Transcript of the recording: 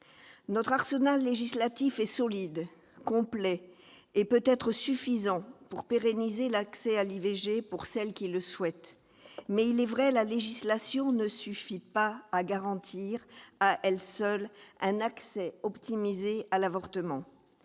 Notre arsenal législatif est solide, complet et peut-être suffisant pour pérenniser l'accès à l'IVG de celles qui le souhaitent. Mais il est vrai que la légalisation ne suffit pas à garantir, à elle seule, un accès optimisé à l'avortement.